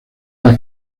las